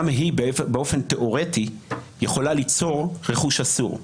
גם היא באופן תיאורטי יכולה ליצור רכוש אסור,